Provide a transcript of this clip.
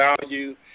value